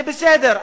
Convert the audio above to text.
זה בסדר,